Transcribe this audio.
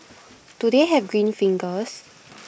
do they have green fingers